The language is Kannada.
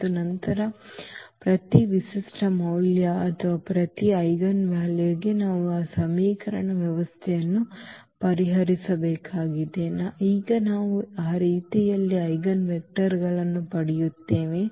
ಮತ್ತು ನಂತರ ಪ್ರತಿ ವಿಶಿಷ್ಟ ಮೌಲ್ಯ ಅಥವಾ ಪ್ರತಿ ಐಜೆನ್ವಾಲ್ಯೂಗೆ ನಾವು ಆ ಸಮೀಕರಣ ವ್ಯವಸ್ಥೆಯನ್ನು ಪರಿಹರಿಸಬೇಕಾಗಿದೆ ಈಗ ನಾವು ಆ ರೀತಿಯಲ್ಲಿ ಐಜೆನ್ವೆಕ್ಟರ್ಗಳನ್ನು ಪಡೆಯುತ್ತೇವೆ